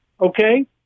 Okay